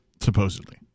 Supposedly